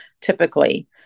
typically